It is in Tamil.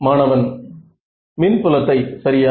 மாணவன் மின் புலத்தை சரியா